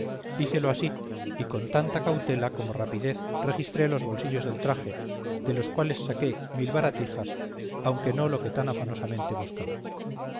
hícelo así y con tanta cautela como rapidez registré los bolsillos del traje de los cuales saqué mil baratijas aunque no lo que tan afanosamente buscaba